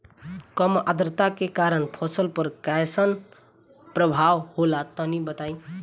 कम आद्रता के कारण फसल पर कैसन प्रभाव होला तनी बताई?